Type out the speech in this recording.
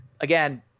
again